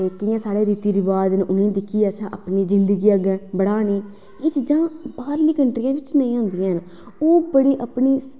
ते कियां साढ़े जेह्के रीति रवाज़ उनेंगी दिक्खियै असें अपनी जिंदगी अग्गें बढ़ानी एह् चीज़ां बाहरली कंट्री बिच नेईं होंदियां न ओह् बड़े अपने